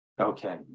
Okay